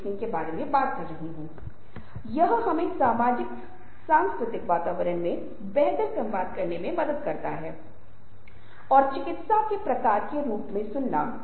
कई बार इस तरह के लोग इस तरह के संचारक बहुत आक्रामक हो जाते हैं वे आम तौर पर असावधान होते हैं